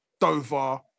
Dover